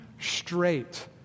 straight